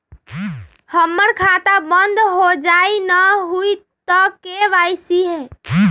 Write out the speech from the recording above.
हमर खाता बंद होजाई न हुई त के.वाई.सी?